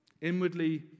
Inwardly